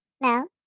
no